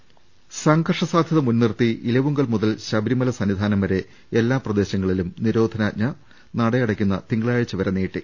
ൃ സംഘർഷ സാധൃത മുൻനിർത്തി ഇലവുങ്കൽ മുതൽ ശബരിമല സന്നിധാനം വരെ എല്ലാ പ്രദേശങ്ങളിലും നിരോധനാജ്ഞ നടയട ക്കുന്ന തിങ്കളാഴ്ച്ച വരെ നീട്ടി